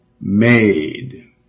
made